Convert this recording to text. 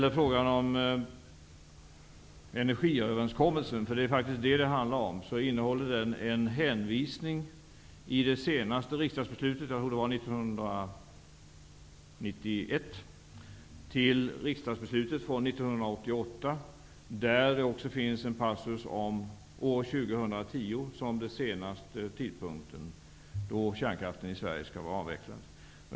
Energiöverenskommelsen, för det är faktiskt den frågan det handlar om, innehåller en hänvisning i det senaste riksdagsbeslutet, jag tror att det var 1991, till riksdagsbeslutet från 1988, där det finns en passus om år 2010 som den senaste tidpunkten då kärnkraften i Sverige skall vara avvecklad.